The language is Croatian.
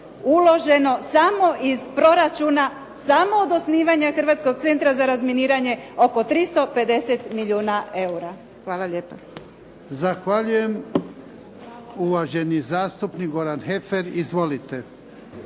uloženo samo iz proračuna, samo od osnivanja Hrvatskog centra za razminiranje oko 350 milijuna eura. Hvala lijepa. **Jarnjak, Ivan (HDZ)** Zahvaljujem. Uvaženi zastupnik Goran Heffer. Izvolite.